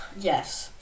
Yes